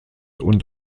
und